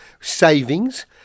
savings